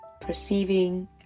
perceiving